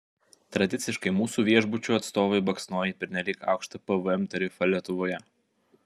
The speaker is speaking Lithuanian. tradiciškai mūsų viešbučių atstovai baksnoja į pernelyg aukštą pvm tarifą lietuvoje